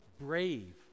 brave